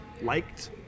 liked